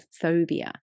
phobia